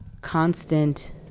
constant